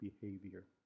behavior